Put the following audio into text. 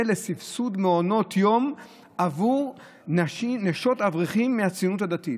לסבסוד מעונות יום עבור נשות אברכים מהציונות הדתית.